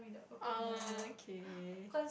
okay